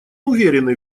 уверены